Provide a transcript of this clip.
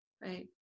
right